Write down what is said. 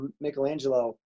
Michelangelo